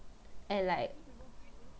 and like